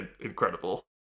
Incredible